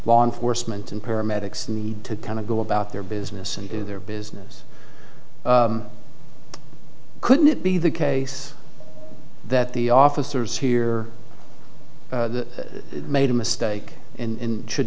law enforcement and paramedics need to kind of go about their business and do their business couldn't it be the case that the officers here made a mistake in should